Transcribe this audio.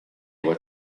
what